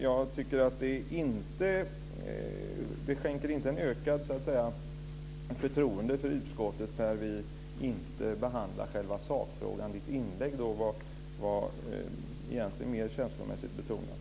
Jag tycker inte att det skänker ett ökat förtroende för utskottet när vi inte behandlar själva sakfrågan. Tommy Waidelichs inlägg var egentligen mer känslomässigt betonat.